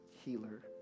Healer